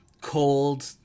cold